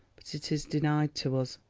but it is denied to us.